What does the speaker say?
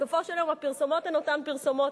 בסופו של יום הפרסומות הן אותן פרסומות,